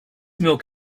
milk